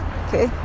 okay